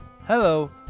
Hello